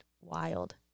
wild